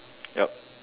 yup